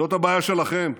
זאת הבעיה שלכם,